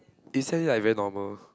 they say until like very normal